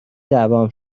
دعوام